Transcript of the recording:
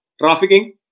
trafficking